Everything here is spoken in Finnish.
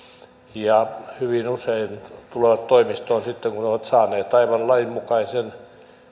hyvin usein he tulevat toimistoon sitten kun kun ovat saaneet aivan lainmukaisen